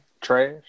trash